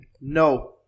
No